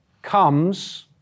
comes